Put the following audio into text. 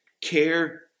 care